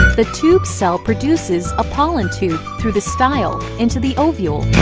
the tube cell produces a pollen tube through the style into the ovule.